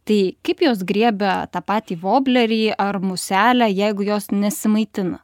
tai kaip jos griebia tą patį voblerį ar muselę jeigu jos nesimaitina